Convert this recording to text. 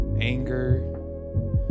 anger